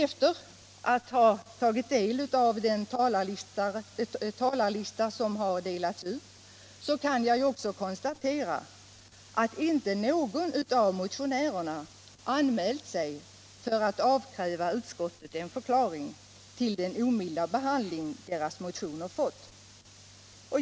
Efter att ha tagit del av den talarlista som delats ut kan jag också konstatera att inte någon av motionärerna anmält sig för att avkräva utskottet en förklaring till den omilda behandling deras motioner fått.